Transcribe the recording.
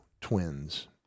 twins